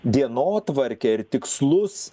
dienotvarkę ir tikslus